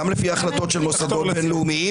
גם לפי החלטות של מוסדות בין-לאומיים